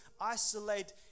isolate